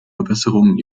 verbesserung